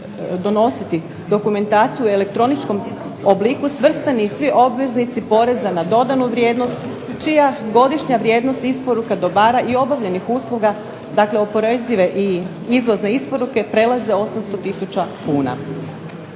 donositi dokumentaciju u elektroničkom obliku svrstani svi obveznici poreza na dodanu vrijednost čija godišnja vrijednost isporuka dobara i obavljenih usluga dakle oporezive i izvozne isporuke prelaze 800 tisuća kuna.